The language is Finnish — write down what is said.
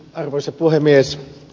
arvoisa puhemies